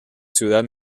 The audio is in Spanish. ciudad